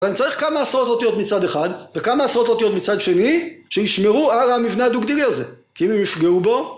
אני צריך כמה עשרות אותיות מצד אחד וכמה עשרות אותיות מצד שני שישמרו על המבנה הדו-גדירי הזה, כי אם הם יפגעו בו...